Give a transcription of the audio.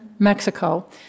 Mexico